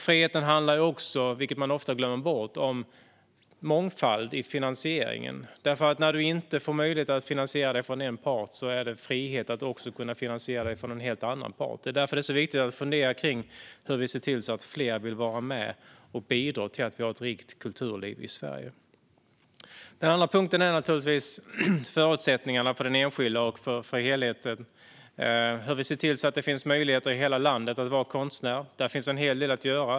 Friheten handlar också om, vilket man ofta glömmer bort, mångfald i finansieringen. När du inte får möjlighet att finansiera dig från en part är det frihet att också kunna finansiera dig från en helt annan part. Det är därför som det är så viktigt att fundera kring hur vi ser till att fler vill vara med och bidra till att vi har ett rikt kulturliv i Sverige. Det andra är förutsättningarna för den enskilda och för helheten. Det handlar om hur vi ser till att det finns möjligheter i hela landet att vara konstnär. Där finns en hel del att göra.